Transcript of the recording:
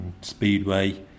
speedway